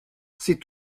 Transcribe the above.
c’est